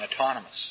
autonomous